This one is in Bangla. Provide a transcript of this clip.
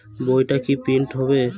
বইটা কি প্রিন্ট হবে?